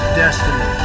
destiny